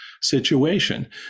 situation